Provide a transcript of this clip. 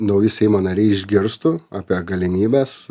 nauji seimo nariai išgirstų apie galimybes